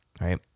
right